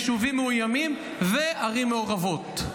יישובים מאוימים וערים מעורבות.